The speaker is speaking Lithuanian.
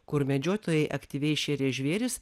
kur medžiotojai aktyviai šėrė žvėris